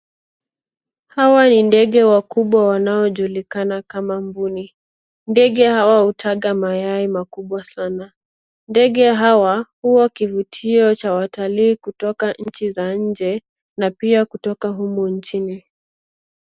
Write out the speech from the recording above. Hawa ni ndege wakubwa wanaojulikana kama mbuni. Ndege hawa hutaga mayai makubwa sana. Ndege hawa huwa kivutio cha watalii kutoka nchi za nje na pia kutoka humu nchini.